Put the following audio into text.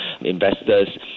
investors